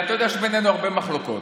אתה יודע שיש בינינו הרבה מחלוקות,